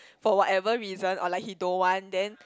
for whatever reason or like he don't want then